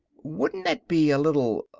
wouldn't that be a little.